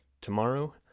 tomorrow